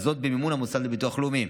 וזאת במימון המוסד לביטוח לאומי.